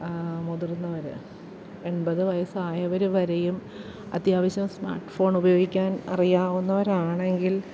മുതിർന്നവര് എൺപത് വയസ്സായവര് വരെയും അത്യാവശ്യം സ്മാർട്ട് ഫോൺ ഉപയോഗിക്കാൻ അറിയാവുന്നവരാണെങ്കിൽ